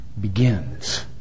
begins